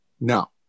no